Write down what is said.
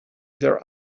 their